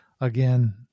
again